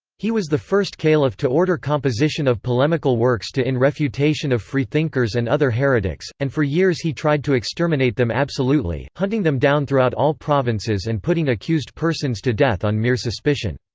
he was the first caliph to order composition of polemical works to in refutation of freethinkers and other heretics and for years he tried to exterminate them absolutely, hunting them down throughout all provinces and putting accused persons to death on mere suspicion.